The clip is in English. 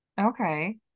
okay